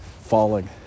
falling